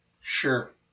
Sure